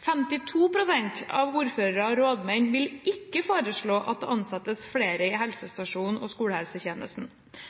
52 pst. av ordførerne og rådmennene vil ikke foreslå at det ansettes flere på helsestasjonen og i skolehelsetjenesten.